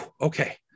okay